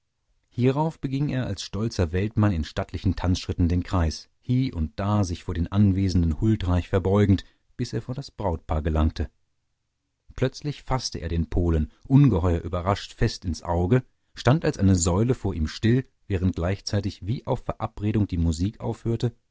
hierauf beging er als stolzer weltmann in stattlichen tanzschritten den kreis hie und da sich vor den anwesenden huldreich verbeugend bis er vor das brautpaar gelangte plötzlich faßte er den polen ungeheuer überrascht fest ins auge stand als eine säule vor ihm still während gleichzeitig wie auf verabredung die musik aufhörte